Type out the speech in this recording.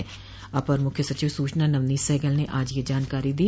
राज्य के अपर मुख्य सचिव सूचना नवनीत सहगल ने आज यह जानकारी दी